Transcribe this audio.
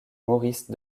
maurice